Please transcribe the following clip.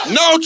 no